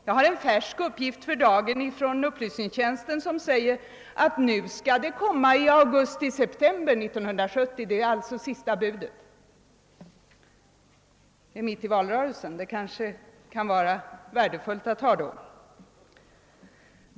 Jag har en färsk uppgift för dagen från upplysningstjänsten, som säger att betänkandet skall komma i augusti—september 1970 — det är alltså sista budet. Det är mitt i valrörelsen. Det kanske kan vara värdefullt att ha det då.